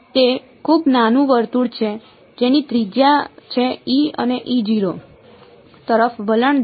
તે ખૂબ નાનું વર્તુળ છે જેની ત્રિજ્યા છે અને 0 તરફ વલણ ધરાવે છે